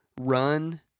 run